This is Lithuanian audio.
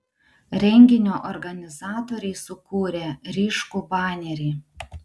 renginio organizatoriai sukūrė ryškų banerį